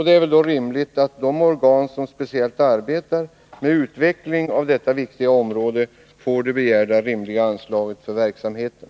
Det är väl då rimligt att de organ som speciellt arbetar med utveckling av detta viktiga område får det begärda anslaget för verksamheten.